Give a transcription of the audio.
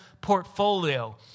portfolio